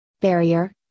barrier